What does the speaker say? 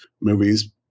movies